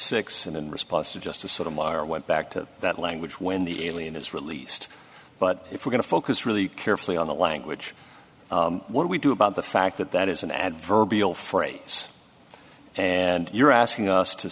six and in response to just the sort of bar went back to that language when the alien is released but if we're going to focus really carefully on the language what we do about the fact that that is an adverbial phrase and you're asking us to